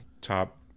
top